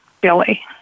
Billy